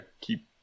keep